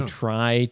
try